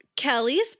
Kelly's